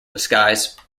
disguise